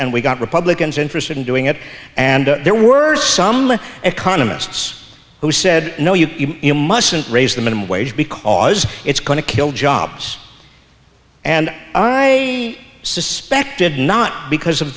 and we got republicans interested in doing it and there were some economists who said no you mustn't raise the minimum wage because it's going to kill jobs and i suspected not because of